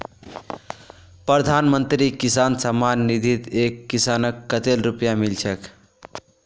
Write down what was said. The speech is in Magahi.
प्रधानमंत्री किसान सम्मान निधित एक किसानक कतेल रुपया मिल छेक